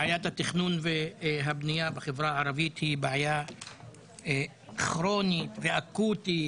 בעיית התכנון והבנייה בחברה הערבית היא בעיה כרונית ואקוטית,